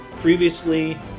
previously